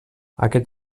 aquest